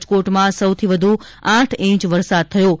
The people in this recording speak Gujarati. રાજકોટમાં સૌથી વધુ આઠ ઇંચ વરસાદ થયો છે